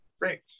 Great